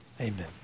Amen